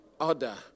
order